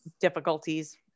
difficulties